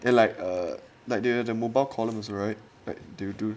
and like a like the mobile columns right like do you do